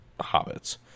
hobbits